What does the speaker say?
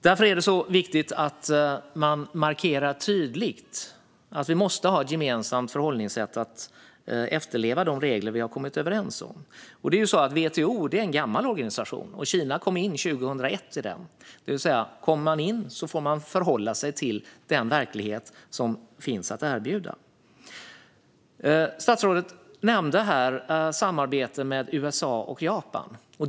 Därför är det viktigt att markera tydligt att vi måste ha ett gemensamt förhållningssätt och efterleva de regler som vi har kommit överens om. WTO är en gammal organisation, och Kina kom in i den 2001. Om man kommer in får man förhålla sig till den verklighet som erbjuds. Statsrådet nämnde här samarbete med USA och Japan.